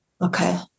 Okay